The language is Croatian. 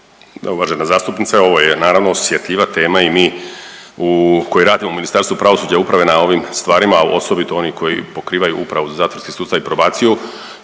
Uvažena zastupnice ovo je naravno osjetljiva tema i mi koji radimo u Ministarstvu pravosuđa i uprave na ovim stvarima, a osobito oni koji pokrivaju Upravu za zatvorski sustav i probaciju